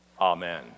Amen